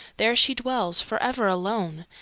there she dwells for ever alone,